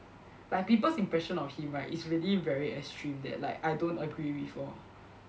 like people's impression of him right is really very extreme that like I don't agree with orh